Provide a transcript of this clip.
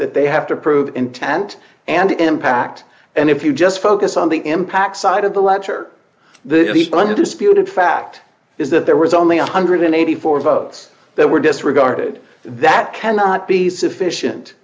that they have to prove intent and impact and if you just focus on the impact side of the ledger the undisputed fact is that there was only one hundred and eighty four dollars votes that were disregarded that cannot be sufficient